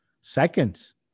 seconds